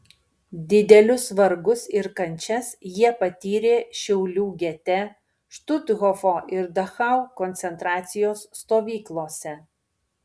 didelius vargus ir kančias jie patyrė šiaulių gete štuthofo ir dachau koncentracijos stovyklose